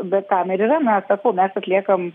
bet tam ir yra mes sakau mes atliekam